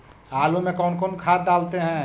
आलू में कौन कौन खाद डालते हैं?